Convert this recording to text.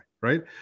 right